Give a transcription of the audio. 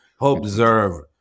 Observe